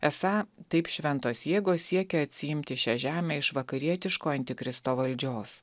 esą taip šventos jėgos siekia atsiimti šią žemę iš vakarietiško antikristo valdžios